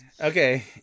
Okay